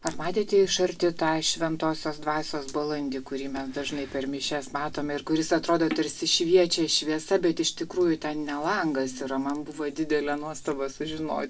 ar matėte iš arti tą šventosios dvasios balandį kurį mes dažnai per mišias matome ir kuris atrodo tarsi šviečia šviesa bet iš tikrųjų ten ne langas yra man buvo didelė nuostaba sužino